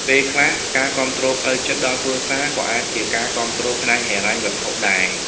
ពេលខ្លះការគាំទ្រផ្លូវចិត្តដល់គ្រួសារ ក៏អាចជាការគាំទ្រផ្នែកហិរញ្ញវត្ថុដែរ។